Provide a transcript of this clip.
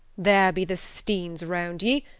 there be the steans around ye.